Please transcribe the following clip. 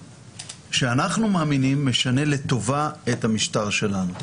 שאנחנו מאמינים שהוא משנה לטובה את המשטר שלנו.